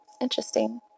Interesting